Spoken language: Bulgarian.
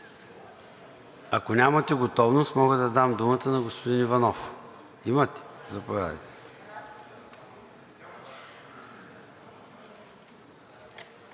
Ако нямате готовност, мога да дам думата на господин Иванов. Имате. Заповядайте.